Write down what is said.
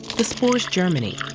the spores germinate,